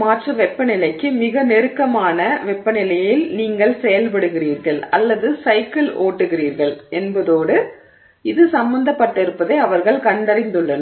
மாற்ற வெப்பநிலைக்கு மிக நெருக்கமான வெப்பநிலையில் நீங்கள் செயல்படுகிறீர்கள் அல்லது சைக்கிள் ஓட்டுகிறீர்கள் என்பதோடு இது சம்பந்தப்பட்டிருப்பதை அவர்கள் கண்டறிந்துள்ளனர்